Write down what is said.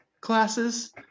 classes